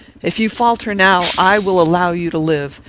if you falter now, i will allow you to live,